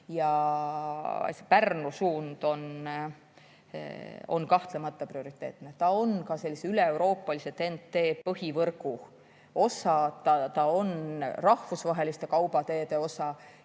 tulema. Pärnu suund on kahtlemata prioriteetne, ta on ka üleeuroopalise TEN‑T‑põhivõrgu osa, ta on rahvusvaheliste kaubateede osa